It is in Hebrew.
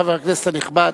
חבר הכנסת הנכבד,